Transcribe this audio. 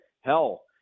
hell